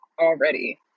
already